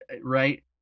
right